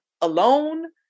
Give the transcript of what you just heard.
alone